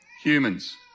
Humans